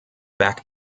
back